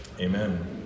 Amen